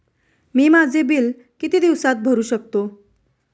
मी माझे बिल किती दिवसांत भरू शकतो?